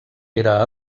era